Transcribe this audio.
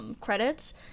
credits